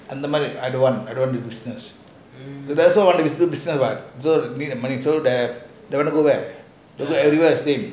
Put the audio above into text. அந்த மாறி:antha maari I dont want I dont want to do business got the system what you wanna go back so everyone is there